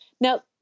Now